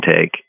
take